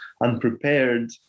unprepared